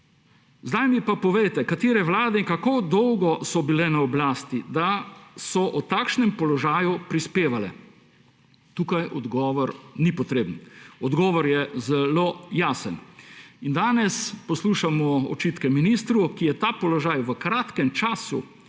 Zdaj mi pa povejte, katere vlade in kako dolgo so bile na oblasti, da so k takšnemu položaju prispevale. Tukaj odgovor ni potreben, odgovor je zelo jasen. Danes poslušamo očitke ministru, ki je ta položaj v kratkem času in